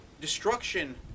destruction